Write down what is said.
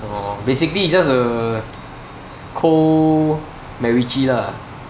oh basically it just a cold macritchie lah